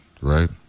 right